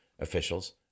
officials